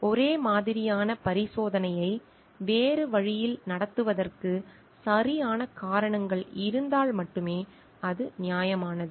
ஒரே மாதிரியான பரிசோதனையை வேறு வழியில் நடத்துவதற்கு சரியான காரணங்கள் இருந்தால் மட்டுமே அது நியாயமானது